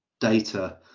data